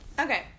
Okay